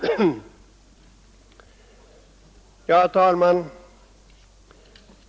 Herr talman!